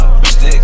bitch